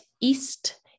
east